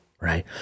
right